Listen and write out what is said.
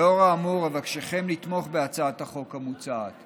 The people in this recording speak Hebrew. לאור האמור, אבקשכם לתמוך בהצעת החוק המוצעת